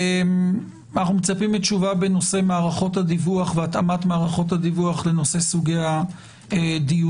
אנחנו מצפים לתשובה בנושא התאמת מערכות הדיווח לסוגי הדיונים.